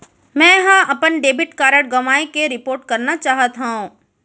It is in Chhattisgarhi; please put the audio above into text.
मै हा अपन डेबिट कार्ड गवाएं के रिपोर्ट करना चाहत हव